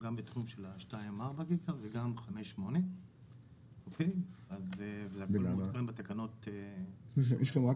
גם בתחום של ה-2.4 וגם 5.8. יש לכם רק